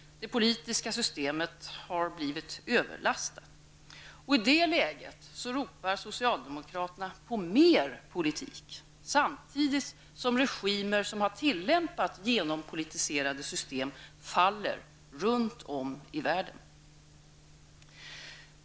Det politiska systemet har blivit överlastat. I det läget ropar socialdemokraterna på mer politik samtidigt som regimer som har tillämpat genompolitiserade system faller runt om i världen.